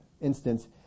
instance